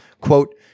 Quote